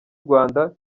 rwanda